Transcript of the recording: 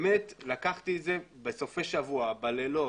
באמת לקחתי את זה בסופי שבוע ובלילות.